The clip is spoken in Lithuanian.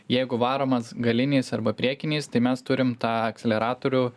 jeigu varomas galiniais arba priekiniais tai mes turim tą akseleratorių